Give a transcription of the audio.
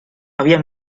había